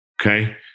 Okay